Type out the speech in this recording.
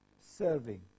serving